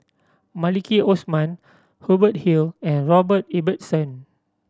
Maliki Osman Hubert Hill and Robert Ibbetson